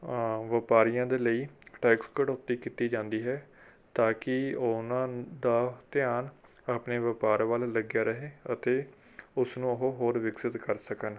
ਵਪਾਰੀਆਂ ਦੇ ਲਈ ਟੈਕਸ ਕਟੌਤੀ ਕੀਤੀ ਜਾਂਦੀ ਹੈ ਤਾਂ ਕਿ ਉਹਨਾਂ ਦਾ ਧਿਆਨ ਆਪਣੇ ਵਪਾਰ ਵੱਲ ਲੱਗਿਆ ਰਹੇ ਅਤੇ ਉਸਨੂੰ ਉਹ ਹੋਰ ਵਿਕਸਿਤ ਕਰ ਸਕਣ